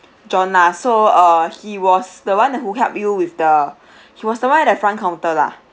john lah so err he was the one that who help you with the he was the one at the front counter lah